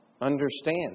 understand